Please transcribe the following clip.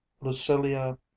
lucilia